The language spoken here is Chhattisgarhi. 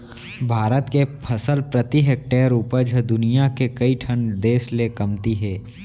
भारत के फसल प्रति हेक्टेयर उपज ह दुनियां के कइ ठन देस ले कमती हे